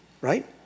Right